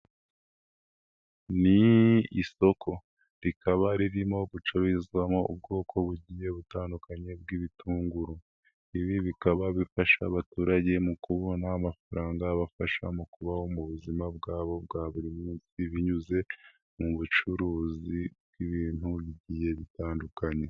Ni isoko rikaba ririmo gucururizwamo ubwoko bugiye butandukanye bw'ibitunguru. Ibi bikaba bifasha abaturage mu kubona amafaranga abafasha mu kubaho mu buzima bwabo bwa buri munsi binyuze mu bucuruzi bw'ibintu bigiye bitandukanye.